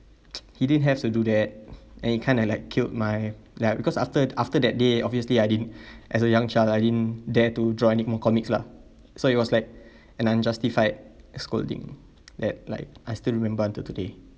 he didn't have to do that and it kind of like killed my ya because after after that day obviously I didn't as a young child I didn't dare to draw anymore comics lah so it was like an unjustified scolding that like I still remember until today